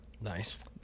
Nice